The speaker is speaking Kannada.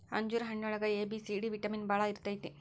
ಅಂಜೂರ ಹಣ್ಣಿನೊಳಗ A, B, C, D vitamin ಬಾಳ ಇರ್ತೈತಿ